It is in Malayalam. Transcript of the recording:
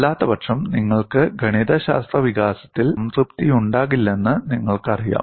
അല്ലാത്തപക്ഷം നിങ്ങൾക്ക് ഗണിതശാസ്ത്ര വികാസത്തിൽ സംതൃപ്തിയുണ്ടാകില്ലെന്ന് നിങ്ങൾക്കറിയാം